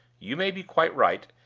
you may be quite right,